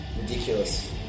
ridiculous